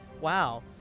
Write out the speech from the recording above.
Wow